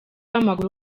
w’amaguru